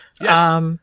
Yes